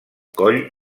coll